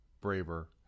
braver